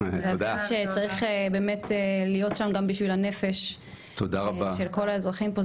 שצריך באמת להיות שם גם בשביל הנפש של כל האזרחים פה,